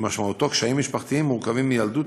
שמשמעותו קשיים משפחתיים מורכבים מילדות,